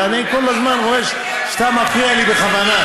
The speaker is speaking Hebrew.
ואני כל הזמן רואה שאתה מפריע לי בכוונה.